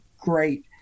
great